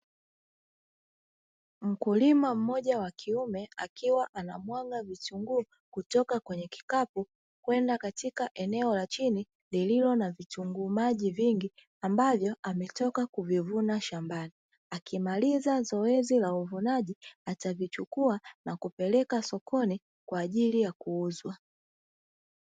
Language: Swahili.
Mkulima mmoja wa kiume akiwa anamwaga vitunguu kutoka kwenye kikapu kwenda katika eneo la chini lililo na vitunguu maji vingi, ambavyo ametoka kuvivuna shambani akimaliza zoezi la uvunaji atavichukua na kupeleka sokoni kwa ajili ya kuuzwa.